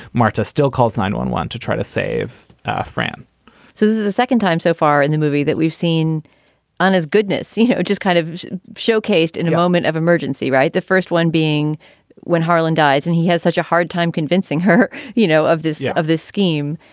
marta still calls nine one one to try to save a friend so this is the second time so far in the movie that we've seen on his goodness. you know, just kind of showcased in a moment of emergency, right. the first one being when harlan dies. and he has such a hard time convincing her, you know, of this yeah of this scheme.